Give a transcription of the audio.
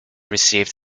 received